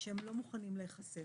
שהם לא מוכנים להיחשף.